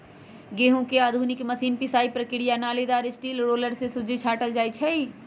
गहुँम के आधुनिक मशीन पिसाइ प्रक्रिया से नालिदार स्टील रोलर से सुज्जी छाटल जाइ छइ